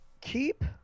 keep